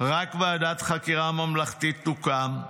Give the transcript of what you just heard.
רק ועדת חקירה ממלכתית תוקם,